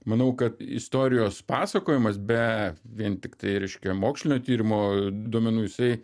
manau kad istorijos pasakojimas be vien tik tai reiškia mokslinio tyrimo duomenų jisai